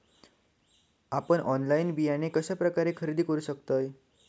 आपन ऑनलाइन बियाणे कश्या प्रकारे खरेदी करू शकतय?